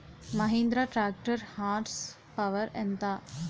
Mahindra tractor horse power ఎంత?